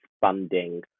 funding